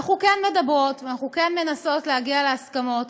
ואנחנו כן מדברות, ואנחנו כן מנסות להגיע להסכמות.